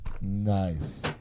Nice